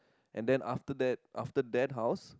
and then after that after that house